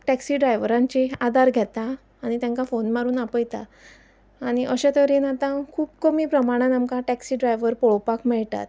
taxi ड्रायव्हरांची आदार घेता आनी तेंकां फोन मारून आपयता आनी अशे तरेन आतां खूब कमी प्रमाणान आमकां टॅक्सी ड्रायव्हर पळोपाक मेयटात